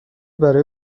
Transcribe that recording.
برای